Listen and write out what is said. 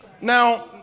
Now